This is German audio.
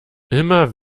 immer